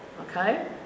okay